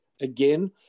Again